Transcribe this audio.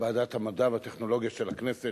ועדת המדע והטכנולוגיה של הכנסת.